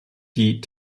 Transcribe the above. die